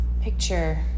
picture